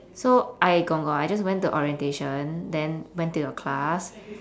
so I gong gong I just went to orientation then went to your class